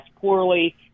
poorly